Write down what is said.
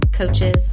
Coaches